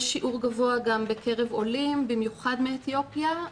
יש שיעור גבוה גם בקרב עולים, במיוחד מאתיופיה.